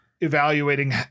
evaluating